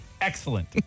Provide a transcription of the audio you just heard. Excellent